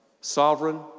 sovereign